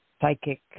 psychic